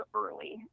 early